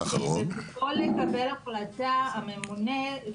העיצום יהיה "אם לא התקיים המדד הכמותי"; אם יש מדד איכותי,